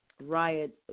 Riot